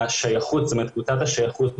קבוצת השייכות,